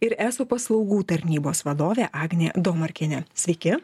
ir eso paslaugų tarnybos vadovė agnė domarkienė sveiki